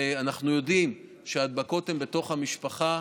ואנחנו יודעים שההדבקות הן בתוך המשפחה,